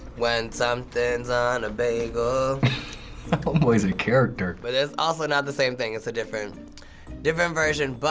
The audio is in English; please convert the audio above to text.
when something's on a bagel home boy's a character. but it's also not the same thing. it's a different different version. but